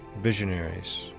visionaries